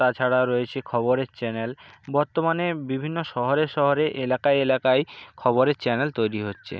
তাছাড়া রয়েছে খবরের চ্যানেল বর্তমানে বিভিন্ন শহরে শহরে এলাকায় এলাকায় খবরের চ্যানেল তৈরি হচ্ছে